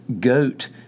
goat